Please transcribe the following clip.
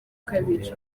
kabiri